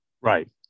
Right